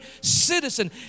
citizen